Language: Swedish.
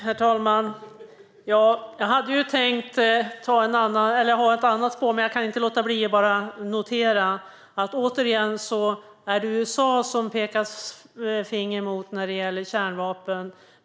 Herr talman! Jag hade tänkt ha ett annat spår, men jag kan inte låta bli att notera att det återigen är USA som det pekas finger emot när det gäller kärnvapen.